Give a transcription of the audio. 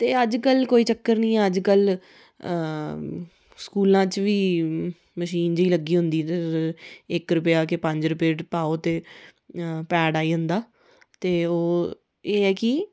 ते अज्जकल कोई चक्कर निं ऐ अज्जकल स्कूलां च बी मशीन जेही लग्गी दी होंदी इक रूपेआ के पंज रूपये पाओ ते पैड आई जंदा ते ओह् एह् ऐ कि